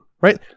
right